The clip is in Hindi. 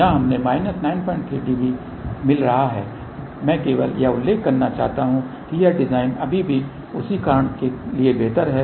यहां हमें माइनस 93 dB मिल रहा है मैं केवल यह उल्लेख करना चाहता हूं कि यह डिजाइन अभी भी उस कारण के लिए बेहतर है